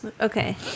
Okay